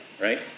right